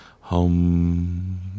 home